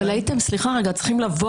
סליחה רגע, אבל הייתם צריכים לבוא